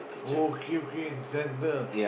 oh okay okay centre